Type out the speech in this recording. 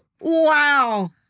Wow